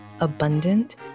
abundant